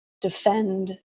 defend